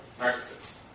narcissist